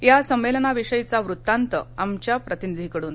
या संमेलनाविषयीचा वत्तांत आमच्या प्रतिनिधीकडून